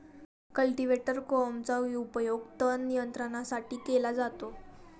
cultivator कोहमचा उपयोग तण नियंत्रणासाठी केला जातो